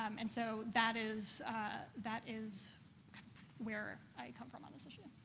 um and so that is that is where i come from on this issue.